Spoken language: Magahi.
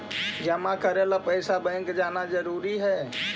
जमा करे ला पैसा बैंक जाना जरूरी है?